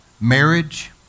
marriage